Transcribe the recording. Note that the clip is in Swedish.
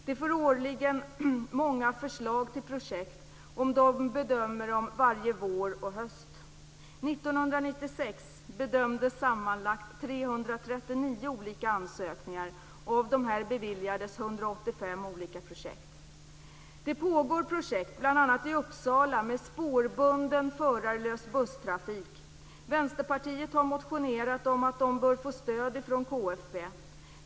KFB får årligen många förslag till projekt som de bedömer varje vår och höst. 1996 bedömdes sammanlagt 339 ansökningar, och av dessa beviljades Det pågår projekt bl.a. i Uppsala med spårbunden, förarlös busstrafik. Vänsterpartiet har motionerat om att de bör få stöd från KFB.